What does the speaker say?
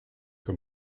que